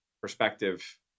perspective